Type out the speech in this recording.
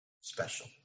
special